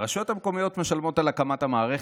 הרשויות המקומיות משלמות על הקמת המערכת,